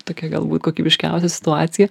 tokia galbūt kokybiškiausia situacija